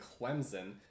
Clemson